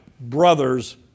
brother's